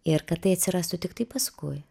ir kad tai atsirastų tiktai paskui